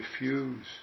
refuse